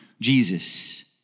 Jesus